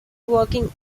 working